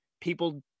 people